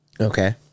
Okay